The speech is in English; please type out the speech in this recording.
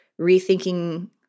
rethinking